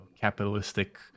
capitalistic